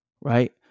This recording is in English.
right